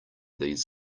these